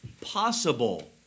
possible